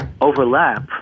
overlap